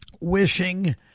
wishing